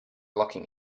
looking